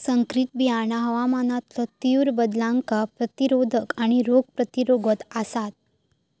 संकरित बियाणा हवामानातलो तीव्र बदलांका प्रतिरोधक आणि रोग प्रतिरोधक आसात